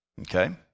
Okay